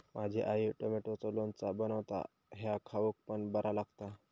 माझी आई टॉमॅटोचा लोणचा बनवता ह्या खाउक पण बरा लागता